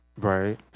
Right